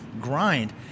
grind